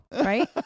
right